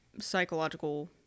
psychological